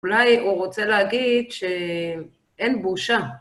אולי הוא רוצה להגיד שאין בושה.